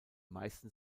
meisten